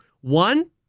One